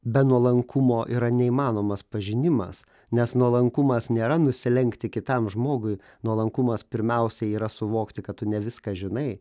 be nuolankumo yra neįmanomas pažinimas nes nuolankumas nėra nusilenkti kitam žmogui nuolankumas pirmiausia yra suvokti kad tu ne viską žinai